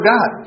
God